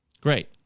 Great